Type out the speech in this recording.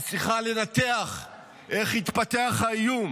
היא צריכה לנתח איך התפתח האיום,